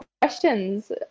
questions